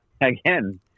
Again